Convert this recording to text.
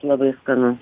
labai skanu